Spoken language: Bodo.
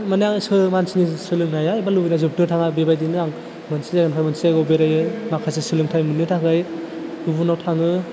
मानि मानसिनि जि सोलोंनाया लुबैनाया जोबनो थाङा बेबायदिनो आं मोनसे जायगानिफ्राय मोनसे जायगायाव बेरायो माखासे सोलोंथाइ मोनो थाखाय गुबुनाव थाङो